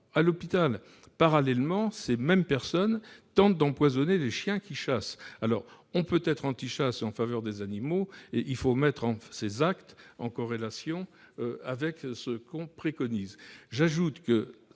à l'hôpital. Parallèlement, ces mêmes personnes tentent d'empoisonner les chiens qui chassent. On peut être antichasse et plaider en faveur des animaux, mais il faut mettre ses actes en corrélation avec ce que l'on préconise. Je le